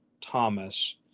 Thomas